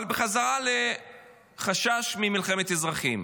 אבל בחזרה לחשש ממלחמת אזרחים,